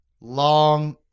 long